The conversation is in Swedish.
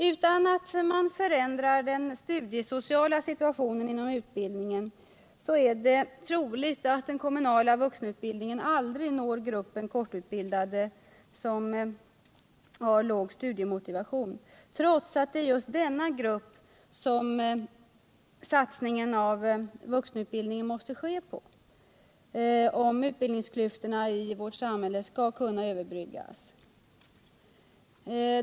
Utan att den studiesociala situationen inom utbildningen förändras är det troligt att den kommunala vuxenutbildningen aldrig når gruppen kortutbildade med låg studiemotivation, trots att det är i just denna grupp som satsningen på vuxenutbildningen måste ske, om utbildningsklyftorna i vårt samhälle skall kunna överbryggas.